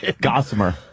Gossamer